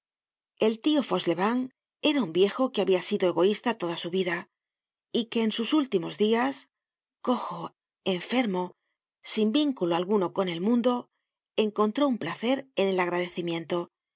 el tio fauchelevent era un viejo que habia sido egoista toda su vida y que en sus últimos dias cojo enfermo sin vínculo alguno con el mundo encontró un placer en el agradecimiento y